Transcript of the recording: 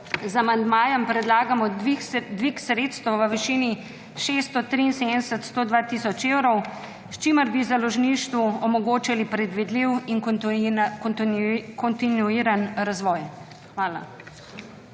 amandmajem predlagamo dvig sredstev v višini 673 tisoč 102 evrov, s čimer bi založništvu omogočili predvidljiv in kontinuiran razvoj. Hvala.